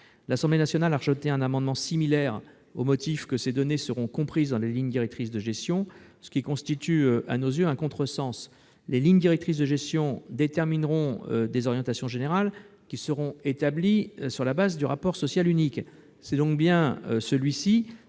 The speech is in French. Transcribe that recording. L'Assemblée nationale a rejeté un amendement similaire, au motif que ces données seront comprises dans les lignes directrices de gestion. Il s'agit à nos yeux d'un contresens, puisque les lignes directrices de gestion détermineront des orientations générales sur la base du rapport social unique. C'est donc bien ce